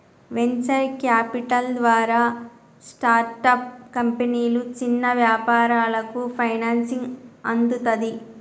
venture capital ద్వారా startup కంపెనీలు, చిన్న వ్యాపారాలకు ఫైనాన్సింగ్ అందుతది